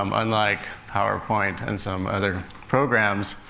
um unlike powerpoint and some other programs.